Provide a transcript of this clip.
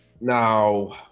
Now